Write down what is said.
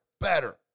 better